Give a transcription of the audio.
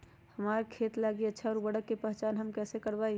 हमार खेत लागी अच्छा उर्वरक के पहचान हम कैसे करवाई?